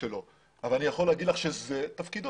שלו אבל אני יכול להגיד לך שזה תפקידו.